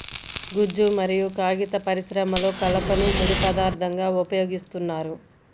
గుజ్జు మరియు కాగిత పరిశ్రమలో కలపను ముడి పదార్థంగా ఉపయోగిస్తున్నారు